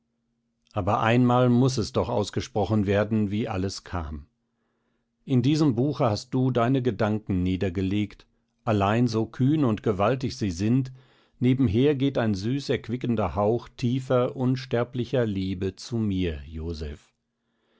aber einmal muß es noch ausgesprochen werden wie alles kam in diesem buche hast du deine gedanken niedergelegt allein so kühn und gewaltig sie sind nebenher geht ein süß erquickender hauch tiefer unsterblicher liebe zu mir joseph